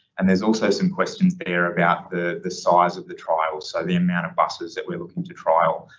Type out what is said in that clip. and there's also some questions there about the the size of the trial. so the amount of buses that we're looking to trial,